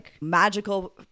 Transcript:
magical